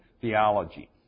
theology